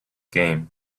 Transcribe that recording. game